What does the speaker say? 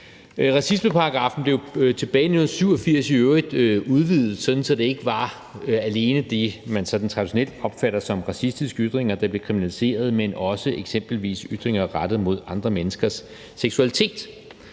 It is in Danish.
Racismeparagraffen blev tilbage i 1987 i øvrigt udvidet, så det ikke alene var det, man sådan traditionelt opfatter som racistiske ytringer, der blev kriminaliseret, men eksempelvis også ytringer rettet mod andre menneskers seksualitet.